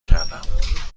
کردم